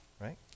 right